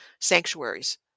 sanctuaries